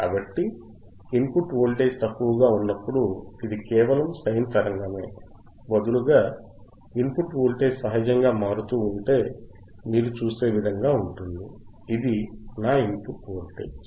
కాబట్టి input voltage తక్కువగా ఉన్నప్పుడు ఇది కేవలం సైన్ తరంగమే బదులుగా ఇన్పుట్ వోల్టేజ్ సహజంగా మారుతూ ఉంటే మీరు చూసే విధంగా ఉంటుంది ఇది నా ఇన్పుట్ వోల్టేజ్